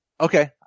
Okay